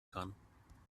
kann